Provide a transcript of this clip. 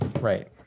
right